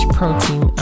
protein